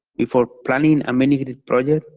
if we're planning a mini-grid project,